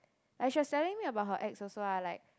like she was telling me about her ex also lah like